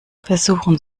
versuchen